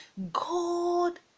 God